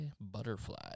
Butterfly